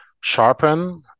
sharpen